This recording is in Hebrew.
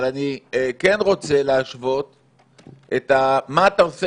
אבל אני כן רוצה להשוות את מה שאתה עושה